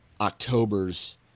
Octobers